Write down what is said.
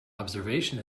observation